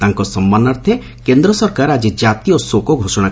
ତାଙ୍କ ସମ୍ମାନାର୍ଥେରେ କେନ୍ଦ୍ର ସରକାର ଆଜି ଜାତୀୟ ଶୋକ ଘୋଷଣା